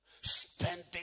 Spending